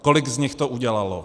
Kolik z nich to udělalo?